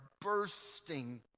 bursting